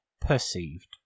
perceived